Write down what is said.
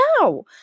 No